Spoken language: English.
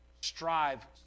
strive